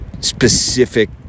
specific